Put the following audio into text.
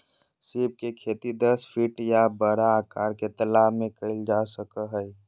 सीप के खेती दस फीट के या बड़ा आकार के तालाब में कइल जा सको हइ